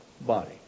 body